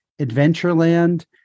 Adventureland